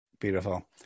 Beautiful